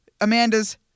Amanda's